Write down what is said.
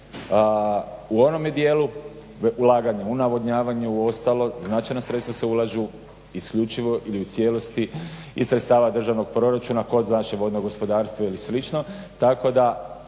u onom dijelu ulaganja u navodnjavanju, u ostalo, značajna sredstva se ulažu isključivo ili u cijelosti iz sredstava državnog proračuna kod zaštite vodnog gospodarstva ili